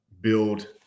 build